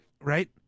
Right